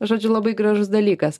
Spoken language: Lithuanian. žodžiu labai gražus dalykas